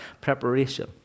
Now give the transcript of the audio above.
preparation